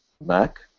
Mac